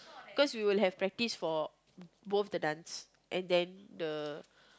cause we will have practice for both the dance and then the